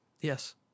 Yes